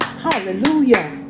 Hallelujah